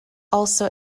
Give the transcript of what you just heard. also